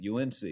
UNC